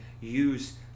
use